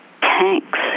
tanks